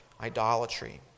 idolatry